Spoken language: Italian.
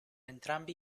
entrambi